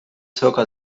zirka